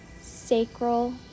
sacral